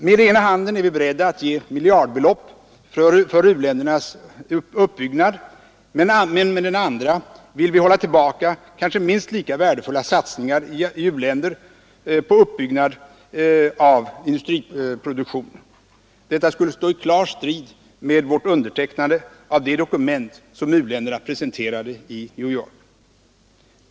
Med ena handen är vi beredda att ge miljardbelopp för u-ländernas uppbyggnad, medan vi med den andra vill hålla tillbaka kanske minst lika värdefulla satsningar i u-länder på uppbyggnad av en industriproduktion. Detta skulle stå i klar strid mot vårt undertecknande av det dokument som u-länderna presenterade i New York.